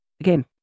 Again